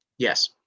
Yes